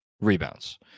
rebounds